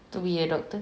to be a doctor